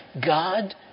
God